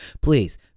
please